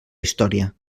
història